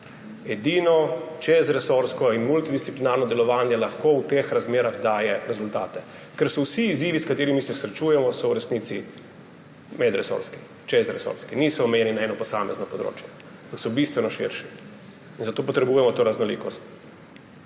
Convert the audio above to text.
Edino čezresorsko in multidisciplinarno delovanje lahko v teh razmerah daje rezultate, ker so vsi izzivi, s katerimi se srečujemo, v resnici medresorski, čezresorski, niso omejeni na eno posamezno področje, ampak so bistveno širši. In zato potrebujemo to raznolikost.